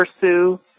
Pursue